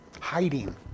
hiding